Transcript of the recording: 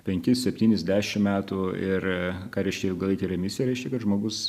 penkis septynis dešimt metų ir ką reiškia ilgalaikė remisija reiškia kad žmogus